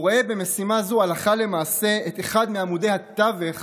והוא ראה במשימה הזו הלכה למעשה את אחד מעמודי התווך